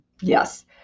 yes